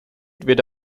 wird